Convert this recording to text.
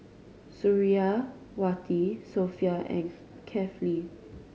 Suriawati Sofea and Kefli